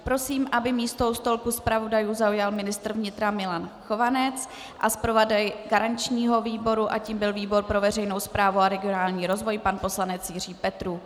Prosím, aby místo u stolku zpravodajů zaujal ministr vnitra Milan Chovanec a zpravodaj garančního výboru, kterým byl výbor pro veřejnou správu a regionální rozvoj pan poslanec Jiří Petrů.